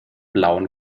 blauen